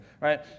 right